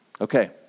Okay